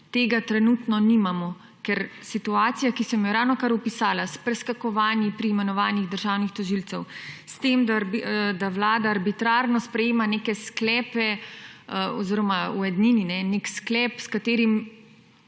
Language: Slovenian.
Tega trenutno nimamo, ker situacija, ki sem jo ravnokar opisala, s preskakovanji pri imenovanjih državnih tožilcev, s tem, da vlada arbitrarno sprejema neke sklepe oziroma v ednini, ne, nek sklep, s katerim